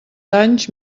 anys